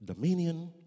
dominion